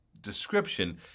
description